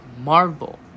Marvel